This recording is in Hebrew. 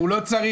הוא לא צריך.